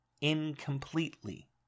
incompletely